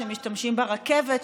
שמשתמשים ברכבת,